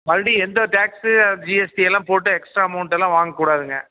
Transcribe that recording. மறுபடியும் எந்த டேக்ஸு ஜிஎஸ்டியெல்லாம் போட்டு எக்ஸ்ட்ரா அமௌண்ட்டெல்லாம் வாங்கக்கூடாதுங்க